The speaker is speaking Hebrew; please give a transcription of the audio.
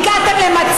אתה תכף עולה.